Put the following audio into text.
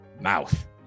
mouth